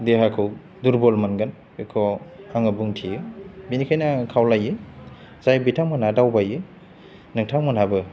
देहाखौ दुरबल मोनगोन बेखौ आङो बुंथियो बेनिखायनो आं खावलायो जाय बिथांमोना दावबायो नोंथांमोनहाबो